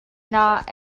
not